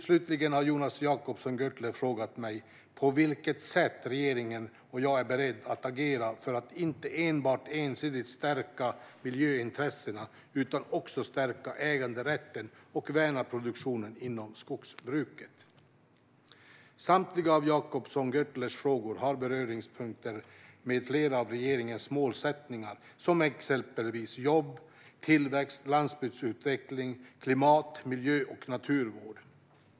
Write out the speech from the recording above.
Slutligen har Jonas Jacobsson Gjörtler frågat mig på vilket sätt regeringen och jag är beredda att agera för att inte enbart ensidigt stärka miljöintressena utan också stärka äganderätten och värna produktionen inom skogsbruket. Samtliga av Jacobsson Gjörtlers frågor har beröringspunkter med flera av regeringens målsättningar gällande exempelvis jobb, tillväxt, landsbygdsutveckling, klimat, miljö och naturvård.